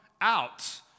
out